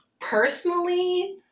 personally